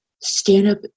stand-up